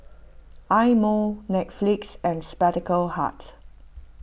Eye Mo Netflix and Spectacle Hut